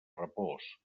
repòs